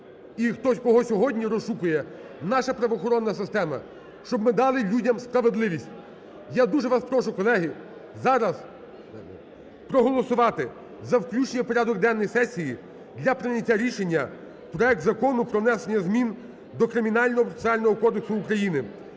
і кого сьогодні розшукує наша правоохоронна система, щоб ми дали людям справедливість. Я дуже вас прошу, колеги, зараз проголосувати за включення в порядок денний сесії для прийняття рішення проект Закону про внесення змін до Кримінального процесуального кодексу України